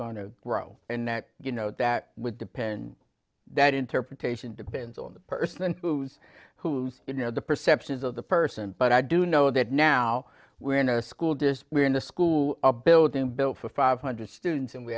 grow and that you know that would depend that interpretation depends on the person who's whose you know the perceptions of the person but i do know that now we're in a school dist we're in a school a building built for five hundred students and we